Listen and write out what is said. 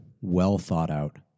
well-thought-out